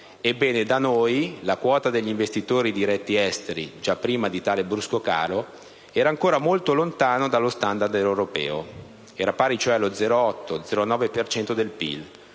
Ebbene, da noi la quota degli investitori diretti esteri, già prima di tale brusco calo, era ancora molto lontana dallo *standard* europeo. Era pari cioè allo 0,8-0,9 per